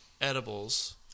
edibles